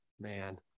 man